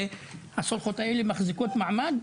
והן מחזיקות מעמד.